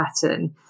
pattern